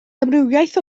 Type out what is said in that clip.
amrywiaeth